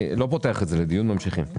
אני לא פותח את זה לדיון, וממשיכים.